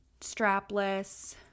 strapless